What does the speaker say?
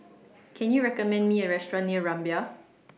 Can YOU recommend Me A Restaurant near Rumbia